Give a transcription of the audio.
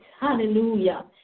hallelujah